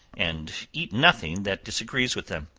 and eat nothing that disagrees with them.